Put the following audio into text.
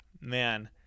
man